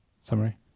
summary